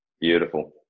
Beautiful